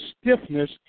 stiffness